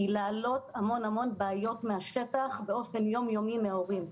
היא להעלות המון בעיות מהשטח באופן יום-יומי מההורים.